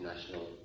national